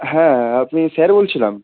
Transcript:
হ্যাঁ আপনি স্যার বলছিলাম